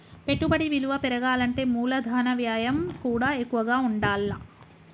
పెట్టుబడి విలువ పెరగాలంటే మూలధన వ్యయం కూడా ఎక్కువగా ఉండాల్ల